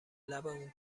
لبمون